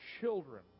children